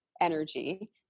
energy